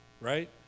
right